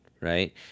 right